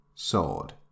Sword